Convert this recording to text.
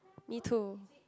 me too